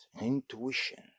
Intuition